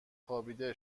خوابیده